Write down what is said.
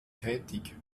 tätig